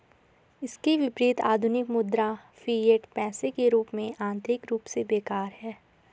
इसके विपरीत, आधुनिक मुद्रा, फिएट पैसे के रूप में, आंतरिक रूप से बेकार है